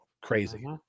crazy